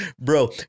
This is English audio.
bro